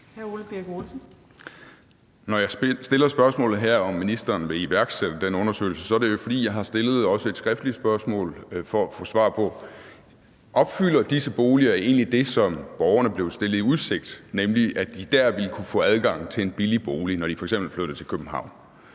Når jeg stiller spørgsmålet om, hvorvidt ministeren vil iværksætte den undersøgelse, er det jo, fordi jeg også har stillet et skriftligt spørgsmål for at få svar på, om disse boliger egentlig opfylder det, som borgerne blev stillet i udsigt, nemlig at de dér ville kunne få adgang til en billig bolig, når de f.eks. flyttede til København.